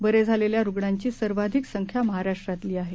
बरे झालेल्या रुग्णांची सर्वाधिक संख्या महाराष्ट्रातली आहे